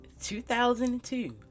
2002